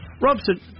Robson